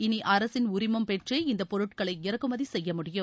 இளி அரசின் உரிமம் பெற்றே இந்தப் பொருட்களை இறக்குமதி செய்ய முடியும்